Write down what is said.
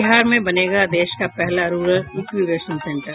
बिहार में बनेगा देश का पहला रूरल इन्क्यूबेशन सेंटर